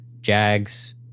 Jags